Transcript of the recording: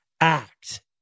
act